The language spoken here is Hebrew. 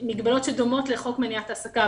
מגבלות שדומות לחוק מניעת העסקה,